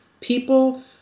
people